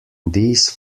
these